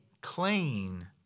clean